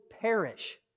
perish